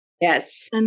Yes